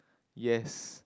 yes